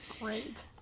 great